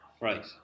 Right